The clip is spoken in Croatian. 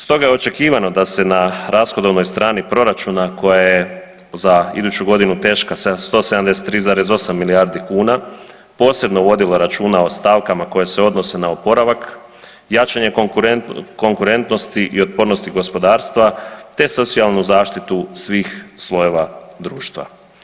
Stoga je očekivano da se na rashodovnoj strani proračuna koja je za iduću godinu teška 173,8 milijardi kuna posebno vodilo računa o stavkama koje se odnose na oporavak, jačanje konkurentnosti i otpornosti gospodarstva te socijalnu zaštitu svih slojeva društva.